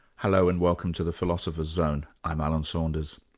hello and welcome to the philosopher's zone, i'm alan saunders.